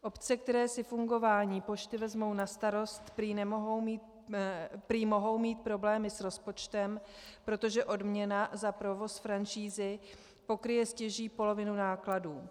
Obce, které si fungování pošty vezmou na starost, prý mohou mít problémy s rozpočtem, protože odměna za provoz franšízy pokryje stěží polovinu nákladů.